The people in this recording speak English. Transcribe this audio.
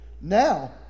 Now